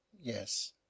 yes